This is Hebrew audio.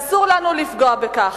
ואסור לנו לפגוע בכך.